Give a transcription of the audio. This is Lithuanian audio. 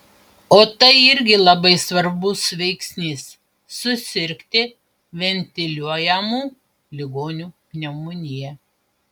o tai irgi labai svarbus veiksnys susirgti ventiliuojamų ligonių pneumonija